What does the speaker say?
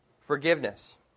forgiveness